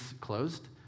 closed